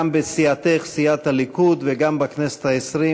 גם בסיעתך סיעת הליכוד וגם בכנסת העשרים,